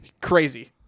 Crazy